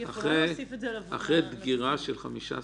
וזה אמור להיות במסגרת דיון בתקנות.